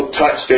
touch